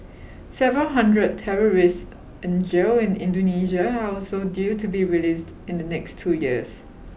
several hundred terrorists in jail in Indonesia are also due to be released in the next two years